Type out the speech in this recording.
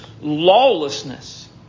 lawlessness